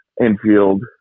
infield